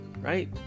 right